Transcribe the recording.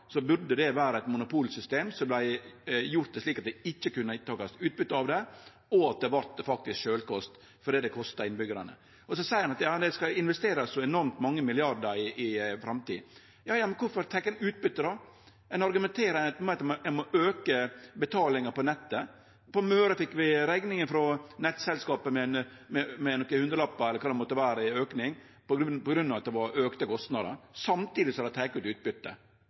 burde det vere eit monopolsystem som var slik at ein ikkje kunne ta utbyte, og at det var sjølvkost for det det kostar innbyggjarane. Det vert sagt at ein skal investere så enormt mange milliardar i framtida. Ja, men kvifor tek ein utbyte då? Ein argumenterer med at ein må auke betalinga på nettet. På Møre fekk vi rekning frå nettselskapet med nokre hundrelappar i auke på grunn av auka kostnader, samtidig som dei tek ut utbyte. Forstå det den som kan! Det er eit monopol, men det er ikkje monopol likevel. Det